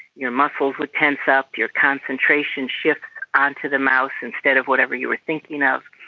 your muscles would tense up, your concentration shifts onto the mouse instead of whatever you were thinking of.